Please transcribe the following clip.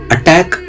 Attack